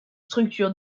structures